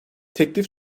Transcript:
teklif